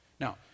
Now